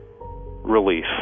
Relief